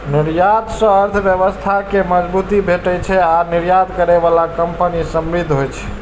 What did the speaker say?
निर्यात सं अर्थव्यवस्था कें मजबूती भेटै छै आ निर्यात करै बला कंपनी समृद्ध होइ छै